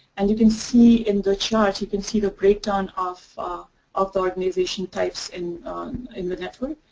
and you can see in the chart, you can see the breakdown of ah of the organization types in in the network.